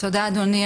תודה, אדוני.